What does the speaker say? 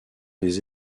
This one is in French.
des